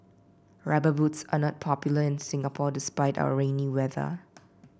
rubber boots are not popular in Singapore despite our rainy weather